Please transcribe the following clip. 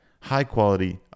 high-quality